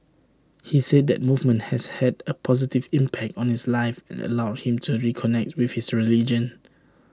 he said the movement has had A positive impact on his life and allowed him to reconnect with his religion